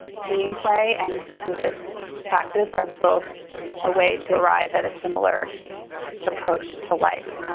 gameplay and buddhist practice are both a way to arrive at a similar approach to life.